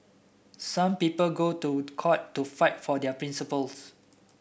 some people go to court to fight for their principles